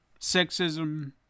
sexism